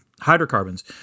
hydrocarbons